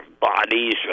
bodies